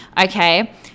Okay